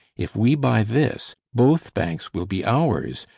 if we buy this, both banks will be ours,